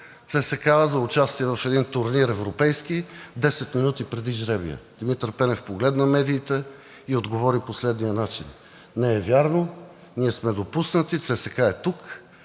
ЦСКА за участие в един европейски турнир 10 минути преди жребия?“, Димитър Пенев погледна медиите и отговори по следния начин: „Не е вярно! Ние сме допуснати, ЦСКА е тук,